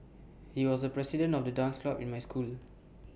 he was the president of the dance club in my school